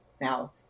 Now